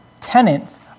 tenants